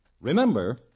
Remember